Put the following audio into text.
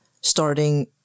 starting